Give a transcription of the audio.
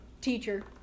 teacher